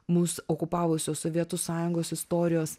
mus okupavusios sovietų sąjungos istorijos